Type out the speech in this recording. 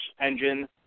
engine